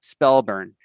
Spellburn